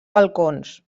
balcons